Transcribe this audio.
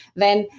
then,